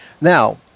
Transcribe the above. Now